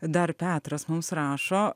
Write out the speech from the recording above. dar petras mums rašo